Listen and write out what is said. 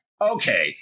Okay